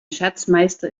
schatzmeister